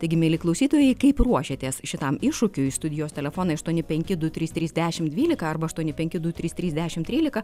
taigi mieli klausytojai kaip ruošiatės šitam iššūkiui studijos telefonai aštuoni penki du trys trys dešimt dvylika arba aštuoni penki du trys trys dešimt trylika